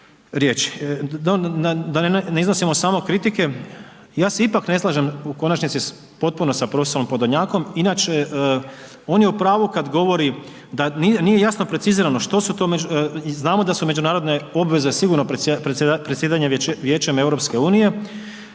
riječi. Da ne iznosimo samo kritike ja se ipak ne slažem u konačnici potpuno sa prof. Podolnjakom inače on je u pravu kad govori da nije jasno precizirano što su to, znamo da su međunarodne obveze sigurno predsjedanje Vijećem EU, međutim